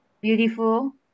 beautiful